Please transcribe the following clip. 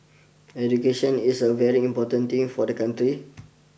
education is a very important thing for the country